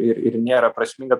ir ir nėra prasminga